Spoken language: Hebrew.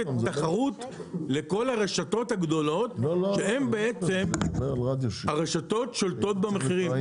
לכל הרשתות הגדולות שהן בעצם --- הרשתות שולטות במחירים,